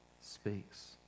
speaks